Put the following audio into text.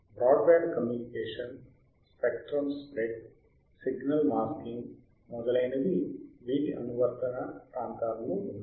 broadband communication spectrum spread signal masking మొదలైనవి వీటి అనువర్తన ప్రాంతాలలో ఉన్నాయి